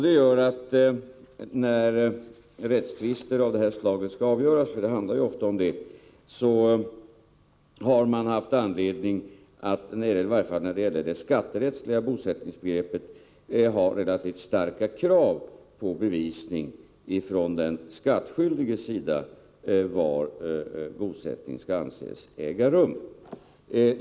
Det gör att när rättstvister av det här slaget skall avgöras — och det handlar ofta om sådana — har man i varje fall när det gäller det skatterättsliga bosättningsbegreppet haft anledning att ställa relativt starka krav på bevisning från den skattskyldiges sida vid fastställandet av var bosättning skall anses äga rum.